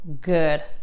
good